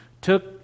took